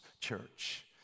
church